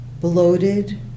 bloated